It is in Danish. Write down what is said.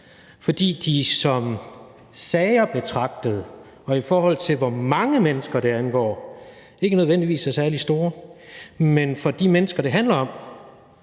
fordi de som sager betragtet, og i forhold til hvor mange mennesker de angår, ikke nødvendigvis er særlig store, men som for de mennesker, det handler om,